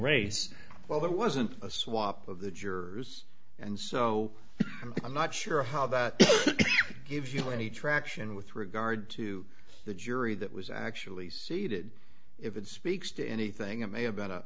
race well that wasn't a swap of the jurors and so i'm not sure how that gives you any traction with regard to the jury that was actually seated if it speaks to anything it may have been a